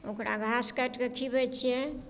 ओकरा घास काटि कऽ खिबै छियै